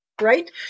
Right